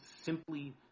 simply